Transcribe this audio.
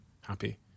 happy